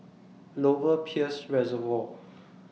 Lower Peirce Reservoir